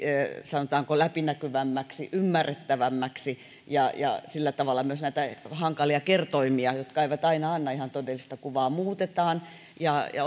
sanotaanko läpinäkyvämmäksi ymmärrettävämmäksi ja ja sillä tavalla myös näitä hankalia kertoimia jotka eivät aina anna ihan todellista kuvaa muutetaan ja ja